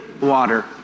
water